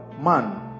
man